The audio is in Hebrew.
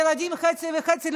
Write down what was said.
הילדים חצי-חצי,